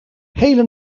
hele